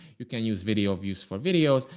you can use video views for videos,